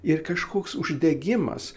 ir kažkoks uždegimas